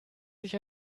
sich